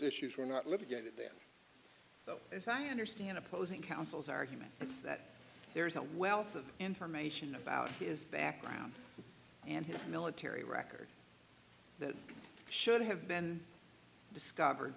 issues were not let me get it there so as i understand opposing counsel's argument it's that there's a wealth of information about his background and his military record that should have been discovered